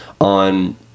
on